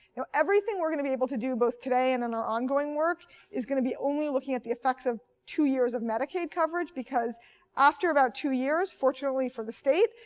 now, everything we're going to be able to do both today and in our ongoing work is going to be only looking at the effects of two years of medicaid coverage because after about two years, fortunately for the state,